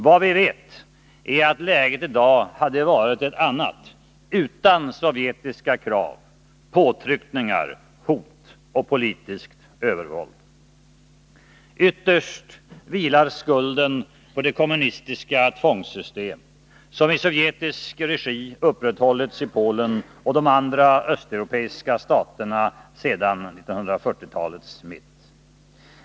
Vad vi vet är att läget i dag varit ett annat utan sovjetiska krav, påtryckningar, hot och politiskt övervåld. Ytterst vilar skulden på det kommunistiska tvångssystem som i sovjetisk regi upprätthållits i Polen och de andra östeuropeiska staterna sedan 1940-talets mitt.